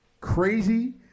crazy